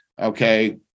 okay